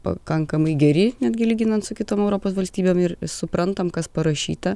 pakankamai geri netgi lyginant su kitom europos valstybėm ir suprantam kas parašyta